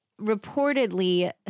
reportedly